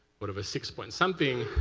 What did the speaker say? sort of six point something,